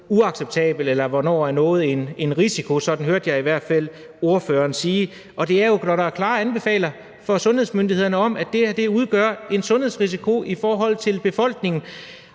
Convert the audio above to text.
uacceptabelt, eller hvornår noget er en risiko – sådan hørte jeg i hvert fald ordføreren sige – og det er det jo, når der er klare anbefalinger fra sundhedsmyndighederne om, at det her udgør en sundhedsrisiko i forhold til befolkningen.